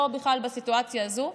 בכלל לא בסיטואציה הזו,